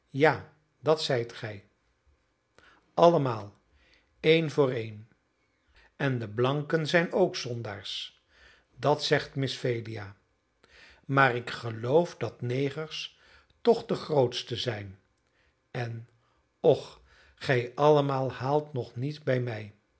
ja dat zijt gij allemaal een voor een en de blanken zijn ook zondaars dat zegt miss phelia maar ik geloof dat negers toch de grootste zijn en och gij allemaal haalt nog niet bij mij